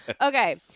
Okay